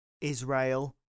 Israel